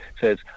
says